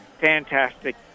fantastic